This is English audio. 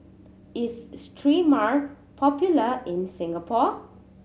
is Sterimar popular in Singapore